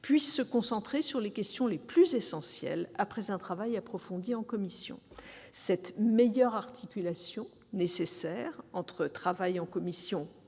en séance publique sur les questions les plus essentielles, après un travail approfondi en commission. Cette meilleure articulation, également nécessaire, entre travail en commission